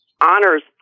honors